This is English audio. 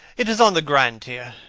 it is on the grand tier.